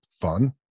fun